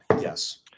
Yes